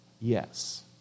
Yes